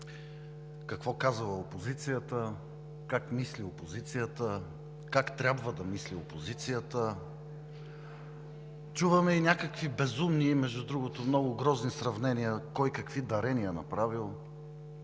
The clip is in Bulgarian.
какво казала опозицията, как мисли опозицията, как трябва да мисли опозицията. Чуваме и някакви безумни и, между другото, много грозни сравнения кой какви дарения направил,